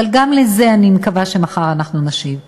אבל גם על זה אני מקווה שאנחנו נשיב מחר.